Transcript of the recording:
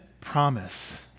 promise